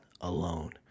alone